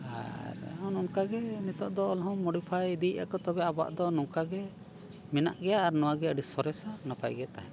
ᱟᱨ ᱚᱱᱠᱟᱜᱮ ᱱᱤᱛᱚᱜ ᱫᱚ ᱚᱞ ᱦᱚᱸ ᱢᱳᱰᱤᱯᱷᱟᱭ ᱤᱫᱤᱭᱮᱜᱼᱟ ᱠᱚ ᱛᱚᱵᱮ ᱟᱵᱚᱣᱟᱜ ᱫᱚ ᱱᱚᱝᱠᱟᱜᱮ ᱢᱮᱱᱟᱜ ᱜᱮᱭᱟ ᱟᱨ ᱱᱚᱣᱟᱜᱮ ᱟᱹᱰᱤ ᱥᱚᱨᱮᱥᱟ ᱟᱨ ᱱᱟᱯᱟᱭᱜᱮ ᱛᱟᱦᱮᱱᱟ